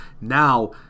now